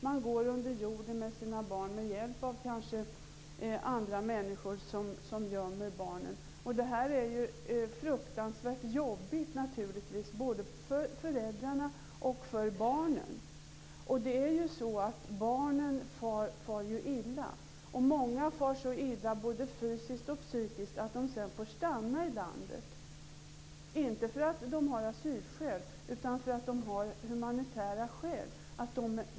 De går under jorden med sina barn, kanske med hjälp av andra människor som gömmer barnen. Detta är naturligtvis fruktansvärt jobbigt både för föräldrarna och för barnen. Barnen far illa. Många far så illa både fysiskt och psykiskt att de sedan får stanna i landet, inte för att de har asylskäl utan för att de har humanitära skäl.